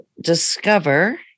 Discover